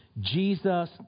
Jesus